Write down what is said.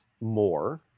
more